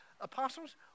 Apostles